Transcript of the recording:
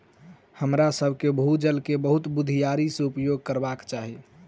हमरासभ के भू जल के बहुत बुधियारी से उपयोग करबाक चाही